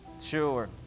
Sure